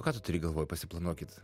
o ką tu turi galvoj pasiplanuokit